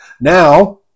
now